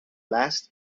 last